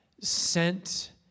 sent